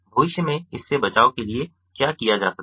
भविष्य में इससे बचाव के लिए क्या किया जा सकता है